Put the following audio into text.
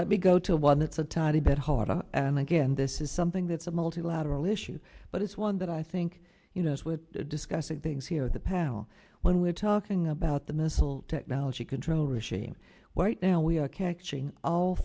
let me go to one it's a tiny bit harder and again this is something that's a multilateral issue but it's one that i think you know as we're discussing things here the pal when we're talking about the missile technology control regime white now we are catching all